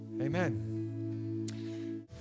Amen